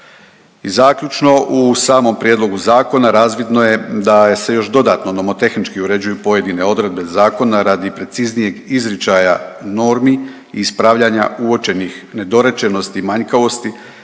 I zaključno u samom prijedlogu zakona razvidno je da se još dodatno nomotehnički uređuju pojedine odredbe zakona radi preciznijeg izričaja normi i ispravljanja uočenih nedorečenosti, manjkavosti.